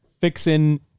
fixing